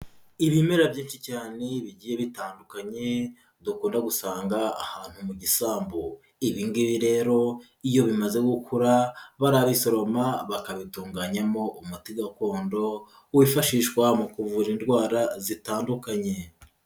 Ibimera byinshi cyane bigiye bitandukanye dukunda gusanga ahantu mu gisambu, ibi ngibi rero iyo bimaze gukura barabisoroma bakabitunganyamo umuti gakondo wifashishwa mu kuvura indwara zitandukanye.